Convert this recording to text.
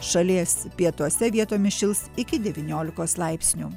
šalies pietuose vietomis šils iki devyniolikos laipsnių